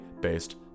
based